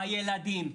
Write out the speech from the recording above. בילדים,